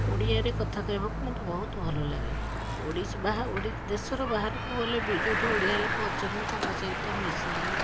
ଓଡ଼ିଆରେ କଥା କହିବାକୁ ମୋତେ ବହୁତ ଭଲଲାଗେ ଓଡ଼ିଶ ବା ଦେଶର ବାହାରକୁ ଗଲେ ବି ଯେଉଁଠି ଓଡ଼ିଆ ଲୋକ ଅଛନ୍ତି ତାଙ୍କ ସହିତ ମିଶିଲେ